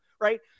right